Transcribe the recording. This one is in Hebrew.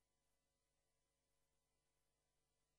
הזרוע